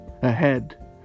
ahead